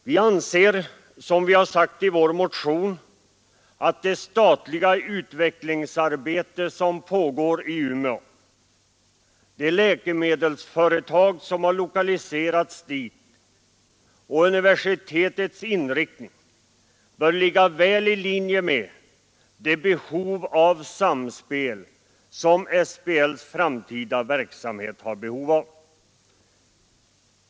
Vi anser, som vi har angivit i vår motion, att det statliga utvecklingsarbete som pågår i Umeå, de läkemedelsföretag som har lokaliserats dit och universitetets inriktning bör ligga väl i linje med det önskemål om samspel som SBL: framtida verksamhet har behov av.